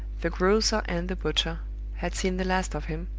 the grocer and the butcher had seen the last of him,